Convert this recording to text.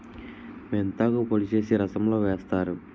మెంతాకు పొడి చేసి రసంలో వేస్తారు